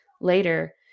later